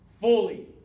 fully